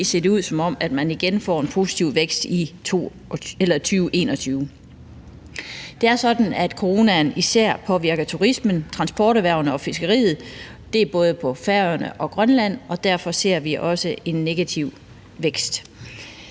ser det ud, som om man igen får en positiv vækst i 2021. Det er sådan, at coronaen især påvirker turismen, transporterhvervene og fiskeriet. Det gælder både på Færøerne og i Grønland. Derfor ser vi også en negativ vækst.